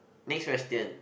next question